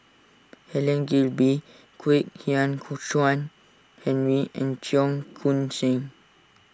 Helen Gilbey Kwek Hian Ku Chuan Henry and Cheong Koon Seng